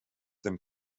dem